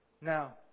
Now